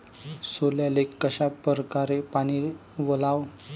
सोल्याले कशा परकारे पानी वलाव?